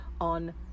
on